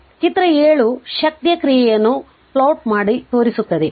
ಆದ್ದರಿಂದ ಚಿತ್ರ 7 ಶಕ್ತಿಯ ಕ್ರಿಯೆಯನ್ನು ಪ್ಲಾಟ್ ಮಾಡಿ ತೋರಿಸುತ್ತದೆ